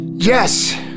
Yes